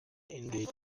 engaged